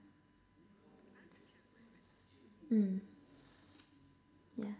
mm yeah